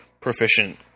proficient